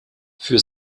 für